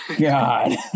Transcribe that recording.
God